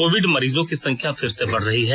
Covid मरीजों की संख्या फिर से बढ़ रही है